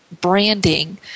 branding